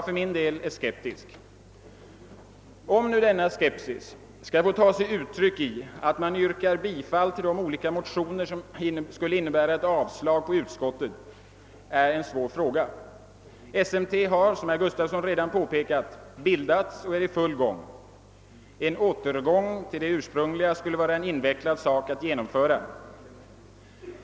För min del är jag skeptiskt. Men om denna skepsis skall få ta sig uttryck i att man yrkar bifall till de motioner som skulle innebära ett avslag på utskottets hemställan är en svår fråga. Som herr Gustafson i Göteborg redan påpekat har SMT redan bildats och är i full gång; och en återgång till det ursprungliga skulle vara en invecklad sak att genomföra.